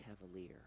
cavalier